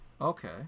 Okay